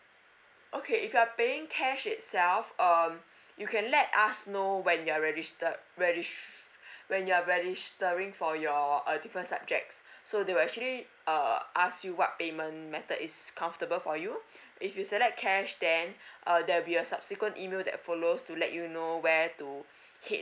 okay if you're paying cash itself um you can let us know when you are registered regis~ when you are registering for your uh different subjects so they will actually uh ask you what payment method is comfortable for you if you select cash then uh there will be a subsequent email that follows to let you know where to head